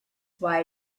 why